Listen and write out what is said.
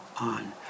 on